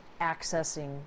accessing